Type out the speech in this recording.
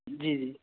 جی جی